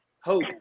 hope